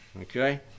Okay